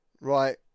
Right